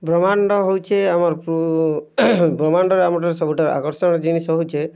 ବ୍ରାହ୍ମାଣ୍ଡ ହେଉଛେ ଆମର୍ ବ୍ରହ୍ମାଣ୍ଡର ସବୁଠୁ ଆକର୍ଷଣୀୟ ଜିନିଷ ହେଉଛେ